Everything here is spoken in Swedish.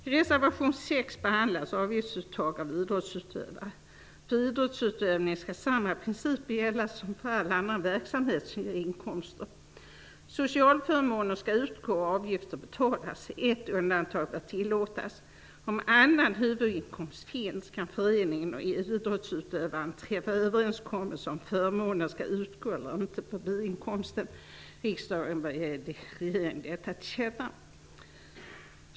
I reservation 6 behandlas avgiftsuttag av idrottsutövare. För idrottsutövning skall samma principer gälla som för all annan verksamhet som ger inkomster. Sociala förmåner skall utgå och avgifter skall betalas. Ett undantag bör tillåtas. Om annan huvudinkomst finns kan föreningen och idrottsutövaren träffa överenskommelse om huruvida förmåner skall utgå eller inte på biinkomsten. Riksdagen bör ge regeringen detta tillkänna.